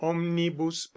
Omnibus